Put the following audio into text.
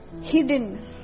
hidden